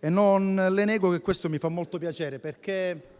e non le nego che questo mi fa molto piacere, perché